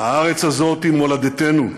הארץ הזאת היא מולדתנו,